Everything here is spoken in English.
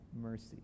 mercy